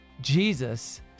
Jesus